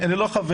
אני לא חבר,